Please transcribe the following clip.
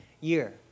year